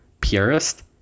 purist